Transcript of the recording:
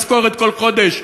משכורת כל חודש,